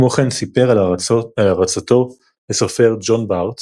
כמו כן סיפר על הערצתו לסופר ג'ון בארת